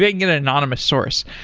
get get an anonymous source.